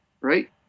right